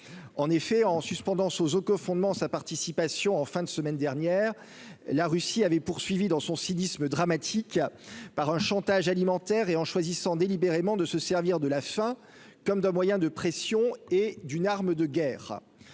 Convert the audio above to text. en effet, en suspendant Soso qu'aux fondements sa participation en fin de semaine dernière, la Russie avait poursuivi dans son cynisme dramatique par un chantage alimentaire et en choisissant délibérément de se servir de la fin comme de moyen de pression et d'une arme de guerre,